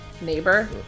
neighbor